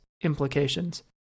implications